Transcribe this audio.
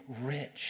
rich